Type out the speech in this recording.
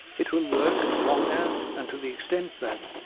it will work as long as, and to the extent that,